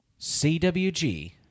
CWG